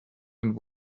and